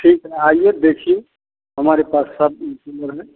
ठीक है आइए देखिए हमारे पास सब